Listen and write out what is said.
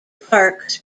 parks